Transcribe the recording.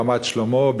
ברמת-שלמה,